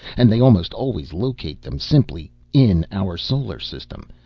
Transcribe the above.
and they almost always locate them simply in our solar system,